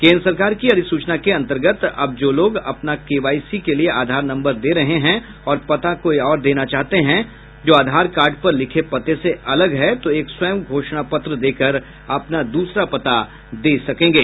केन्द्र सरकार के अधिसूचना के अंतर्गत अब जो लोग अपना केबाईसी के लिए आधार नम्बर दे रहे हैं और पता कोई और देना चाहते हैं जो आधार कार्ड पर लिखे पते से अलग है तो एक स्वयं घोषणा पत्र देकर अपना दूसरा पता दे सकेंगे